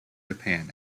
japan